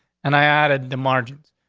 and i added the margins.